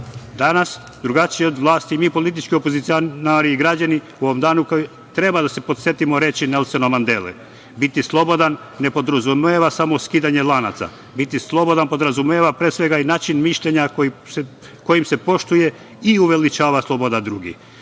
drugačije od vlasti, mi politički opozicionari i građani u ovom danu kada treba da se podsetimo reči Nelsona Mendele: „Biti slobodan ne podrazumeva samo skidanje lanaca. Biti slobodan podrazumeva, pre svega, i način mišljenja kojim se poštuje i uveličava sloboda drugih“.